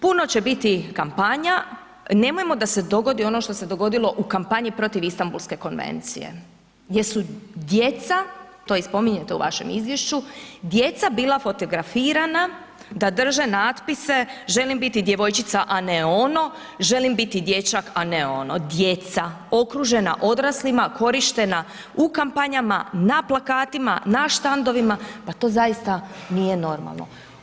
Puno će biti kampanja, nemojmo da se dogodi ono što se dogodilo u kampanji protiv Istambulske konvencije gdje su djeca, to i spominjete u vašem izvješću djeca bila fotografirana da drže natpise želim biti djevojčica a ne ono, želim biti dječak a ne ono, djeca, okružena odraslima, korištena u kampanjama, na plakatima, na štandovima, pa to zaista nije normalno.